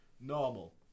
Normal